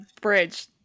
bridge